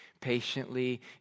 patiently